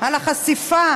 על החשיפה